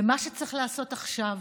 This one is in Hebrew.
ומה שצריך לעשות עכשיו,